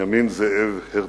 בנימין זאב הרצל.